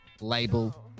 label